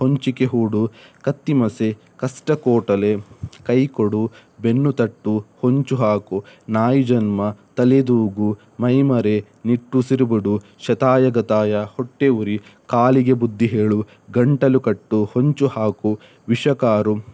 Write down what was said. ಹೊಂಚಿಕೆ ಹೂಡು ಕತ್ತಿಮಸೆ ಕಷ್ಟ ಕೋಟಲೆ ಕೈ ಕೊಡು ಬೆನ್ನು ತಟ್ಟು ಹೊಂಚು ಹಾಕು ನಾಯಿ ಜನ್ಮ ತಲೆದೂಗು ಮೈಮರೆ ನಿಟ್ಟುಸಿರು ಬಿಡು ಶತಾಯ ಗತಾಯ ಹೊಟ್ಟೆ ಉರಿ ಕಾಲಿಗೆ ಬುದ್ಧಿ ಹೇಳು ಗಂಟಲು ಕಟ್ಟು ಹೊಂಚು ಹಾಕು ವಿಷ ಕಾರು